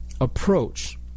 approach